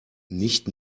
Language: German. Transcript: nicht